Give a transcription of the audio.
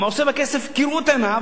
עושה בכסף כראות עיניו,